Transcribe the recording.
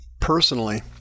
personally